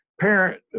parent